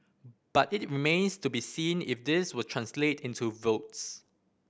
but it remains to be seen if this will translate into votes